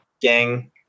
gang